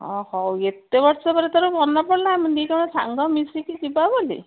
ହଉ ଏତେ ବର୍ଷ ପରେ ତୋର ମନେ ପଡ଼ିଲା ଆମେ ଦୁଇ ଜଣ ସାଙ୍ଗ ମିଶିକି ଯିବା ବୋଲି